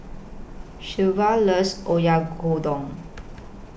Shelva loves Oyakodon